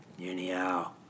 Anyhow